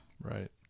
Right